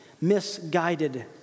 Misguided